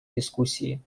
дискуссии